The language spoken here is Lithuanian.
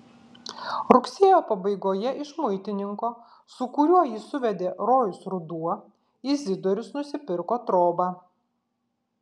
rugsėjo pabaigoje iš muitininko su kuriuo jį suvedė rojus ruduo izidorius nusipirko trobą